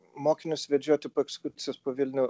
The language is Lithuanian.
mokinius vedžioti po ekskursijos po vilnių